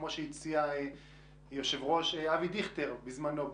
כמו שהציע היושב-ראש אבי דיכטר בזמנו,